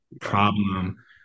problem